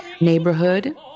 neighborhood